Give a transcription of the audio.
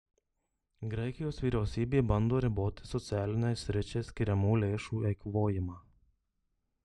graikijos vyriausybė bando riboti socialiniai sričiai skiriamų lėšų eikvojimą